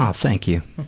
um thank you.